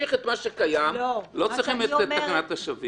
נמשיך את מה שקיים, לא צריכים את תקנת השבים.